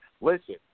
Listen